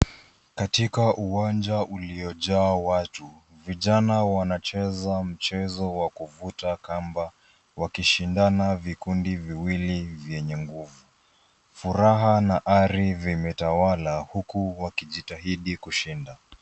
Katika uwanja uliojaa watu vijana wanacheza mchezo wa kuvuta kamba wakishindana vikundi viwili vyenye nguvu. Furaha na ari vimetawala huku wakijitahidi kushinda.